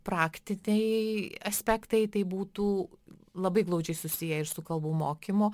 praktiniai aspektai tai būtų labai glaudžiai susiję ir su kalbų mokymu